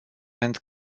and